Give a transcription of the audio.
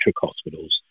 hospitals